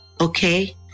okay